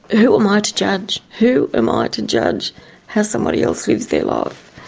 who am i to judge, who am i to and judge how somebody else lives their life?